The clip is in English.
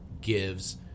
gives